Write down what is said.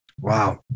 Wow